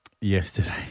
yesterday